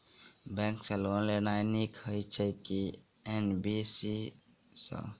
Bank सँ loan लेनाय नीक होइ छै आ की एन.बी.एफ.सी सँ?